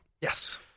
yes